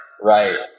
Right